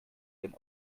denn